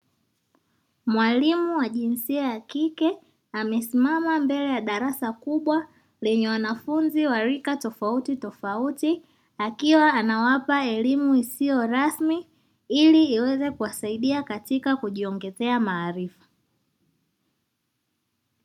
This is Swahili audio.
Mwalimu wa jinsia ya kike, amesimama mbele ya darasa kubwa lenye wanafunzi wa rika tofautitofauti, akiwa anawapa elimu isiyo rasmi, ili iweze kuwasaidia katika kujiongezea maarifa.